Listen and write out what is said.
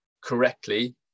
correctly